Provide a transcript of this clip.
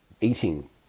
eating